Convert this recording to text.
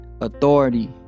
authority